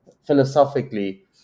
philosophically